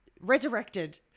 Resurrected